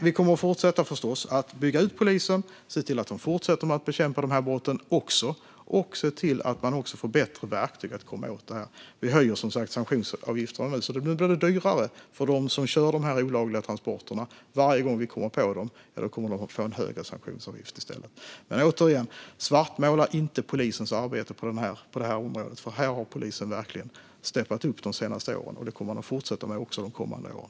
Vi kommer förstås att fortsätta att bygga ut polisen, se till att de fortsätter att bekämpa brotten och se till att det blir bättre verktyg för att komma åt brotten. Vi höjer nu sanktionsavgifterna. Nu blir det dyrare för dem som kör de olagliga transporterna. Varje gång vi kommer på dem får de en högre sanktionsavgift. Svartmåla inte polisens arbete på området. Här har polisen verkligen steppat upp de senaste åren, och det kommer de att fortsätta med de kommande åren.